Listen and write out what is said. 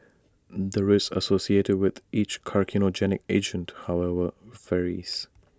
the risk associated with each carcinogenic agent however varies